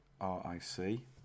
R-I-C